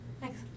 Thanks